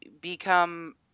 become